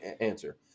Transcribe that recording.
answer